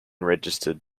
registered